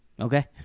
Okay